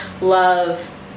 love